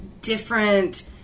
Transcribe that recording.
different